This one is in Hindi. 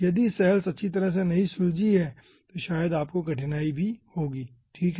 यदि सैल्स अच्छी तरह से नहीं सुलझी हैं तो शायद आपको कठिनाई होगी ठीक है